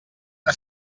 una